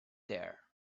there